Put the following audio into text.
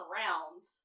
rounds